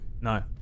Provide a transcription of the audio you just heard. No